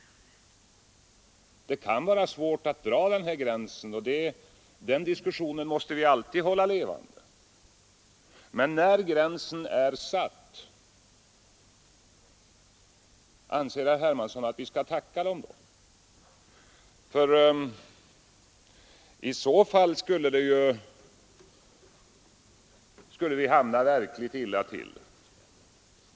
Det kan vara svårt att dra gränsen, och den diskussionen måste vi alltid hålla levande. Men när gränsen är satt, skall vi då enligt herr Hermanssons mening tacka dem som överskrider den? I så fall skulle vi råka verkligt illa ut.